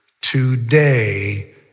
today